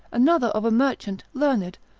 another of a merchant, learned,